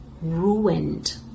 ruined